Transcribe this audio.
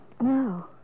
No